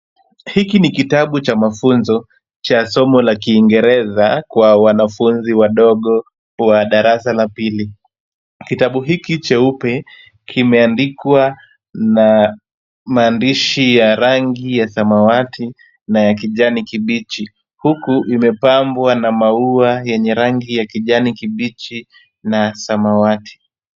Hiki ni kitabu cha mafunzo cha somo la kiingereza kwa wanafunzi wadogo wa darasa la pili. Kitabu hiki cheupe kimeandikwa na maandishi ya rangi ya samawati na ya kijani kibichi, huku imepambwa na maua yenye rangi ya kijani kibichi na samawati.